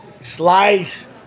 Slice